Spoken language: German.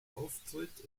auftritt